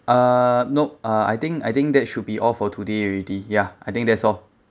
uh no uh I think I think that should be all for today already ya I think that's all